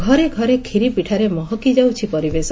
ଘରେ ଘରେ ଖ୍ରିପିଠା ରେ ମହକି ଯାଉଛି ପରିବେଶ